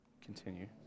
continue